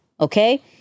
okay